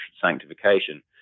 sanctification